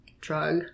drug